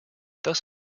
thus